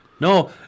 no